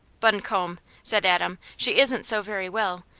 buncombe! said adam. she isn't so very well.